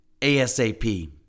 ASAP